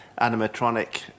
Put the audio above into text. animatronic